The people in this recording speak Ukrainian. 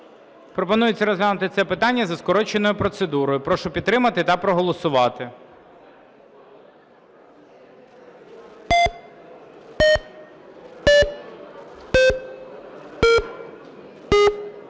Пропонується розглянути це питання за скороченою процедурою. Прошу підтримати та проголосувати.